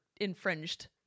infringed